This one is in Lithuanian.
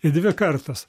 ir dvi kartos